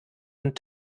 und